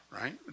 right